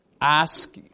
ask